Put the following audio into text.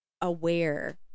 aware